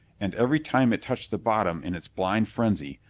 and every time it touched the bottom in its blind frenzy,